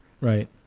Right